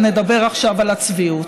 נדבר עכשיו על הצביעות.